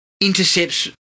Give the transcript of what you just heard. intercepts